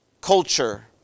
culture